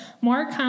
more